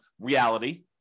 reality